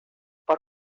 por